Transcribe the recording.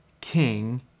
king